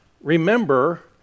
remember